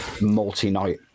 multi-night